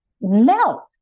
melt